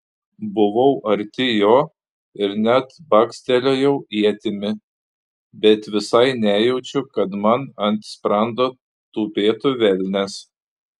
buvau arti jo ir net bakstelėjau ietimi bet visai nejaučiu kad man ant sprando tupėtų velnias